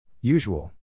Usual